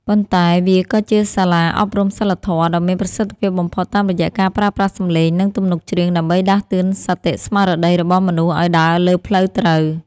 ប៉ុន្តែវាក៏ជាសាលាអប់រំសីលធម៌ដ៏មានប្រសិទ្ធភាពបំផុតតាមរយៈការប្រើប្រាស់សម្លេង និងទំនុកច្រៀងដើម្បីដាស់តឿនសតិស្មារតីរបស់មនុស្សឱ្យដើរលើផ្លូវត្រូវ។